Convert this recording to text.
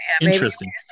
Interesting